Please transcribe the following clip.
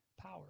power